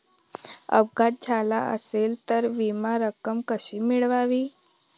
अपघात झाला असेल तर विमा रक्कम कशी मिळवावी?